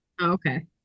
okay